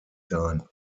sein